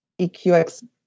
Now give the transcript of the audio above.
EQX